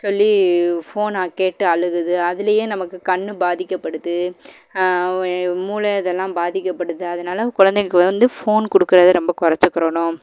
சொல்லி ஃபோனை கேட்டு அழுகுது அதுலேயே நமக்கு கண்ணு பாதிக்கப்படுது மூளை இதெல்லாம் பாதிக்கப்படுது அதனால் கொழந்தைகளுக்கு வந்து ஃபோன் கொடுக்கறத ரொம்ப குறச்சிக்குறணும்